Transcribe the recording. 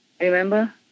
Remember